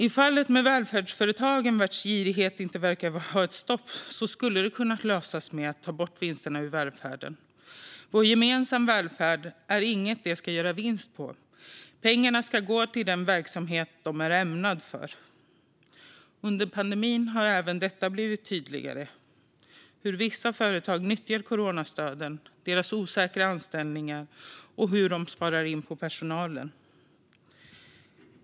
I fallet med välfärdsföretagen, vars girighet inte verkar ha någon gräns, skulle det hela kunna lösas med att ta bort vinsterna ur välfärden. Vår gemensamma välfärd är inget som man ska göra vinst på, utan pengarna ska gå till den verksamhet de är ämnade för. Under pandemin har även detta blivit tydligare - hur vissa företag nyttjar coronastöden, har osäkra anställningar och sparar in på personalen.